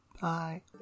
Bye